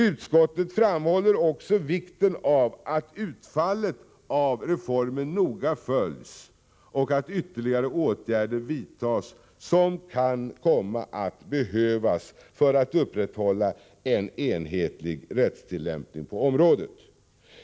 Utskottet framhåller också vikten av att utfallet av reformen noga följs och att ytterligare åtgärder vidtas som kan komma att behövas för att upprätthålla en enhetlig rättstillämpning på området.